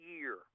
year